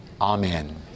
Amen